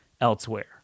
elsewhere